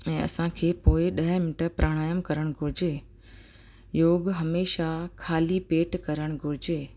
ऐं असांखे पोइ ॾह मिंट प्राणायाम करण घुरिजे योग हमेशह ख़ाली पेटु करण घुरिजे